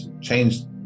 changed